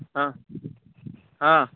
ହଁ ହଁ